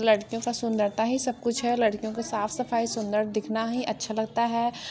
लड़कियों का सुंदरता ही सब कुछ है लड़कियों का साफ़ सफ़ाई सुन्दर दिखना ही अच्छा लगता है